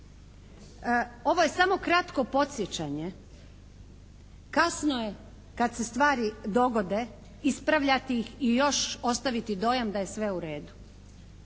Ovo je samo kratko podsjećanje. Kasno je kad se stvari dogode ispravljati ih i još ostaviti dojam da je sve u redu.